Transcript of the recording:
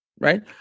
right